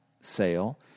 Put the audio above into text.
sale